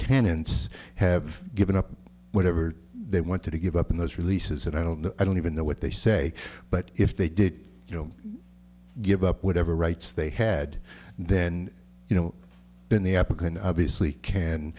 tenants have given up whatever they want to give up in those releases and i don't i don't even know what they say but if they did you know give up whatever rights they had then you know then the epic an obviously